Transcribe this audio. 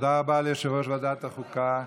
תודה רבה ליושב-ראש ועדת החוקה,